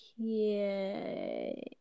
Okay